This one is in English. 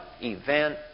event